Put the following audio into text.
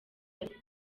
ariko